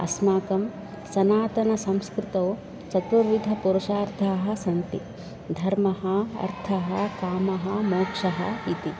अस्माकं सनातनसंस्कृतौ चतुर्विधपुरुषार्थाः सन्ति धर्मः अर्थः कामः मोक्षः इति